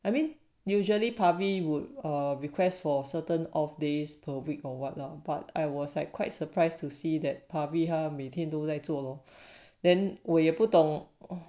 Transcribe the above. I mean usually pabi would or request for certain off days per week or what not but I was like quite surprised to see that pabi 他每天都在做 lor then 我也不懂